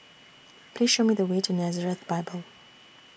Please Show Me The Way to Nazareth Bible